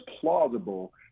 plausible